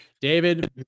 David